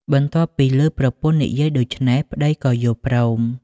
បន្ទាប់ពីឮប្រពន្ធនិយាយដូច្នេះ ប្តីក៏យល់ព្រម។